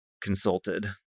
consulted